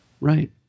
Right